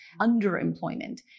underemployment